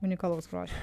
unikalaus grožio